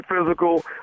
physical